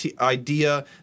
idea